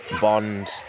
bond